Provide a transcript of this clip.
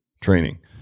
training